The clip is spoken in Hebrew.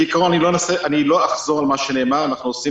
כעיקרון אני לא אחזור על מה שנאמר אנחנו עושים